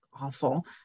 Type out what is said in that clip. awful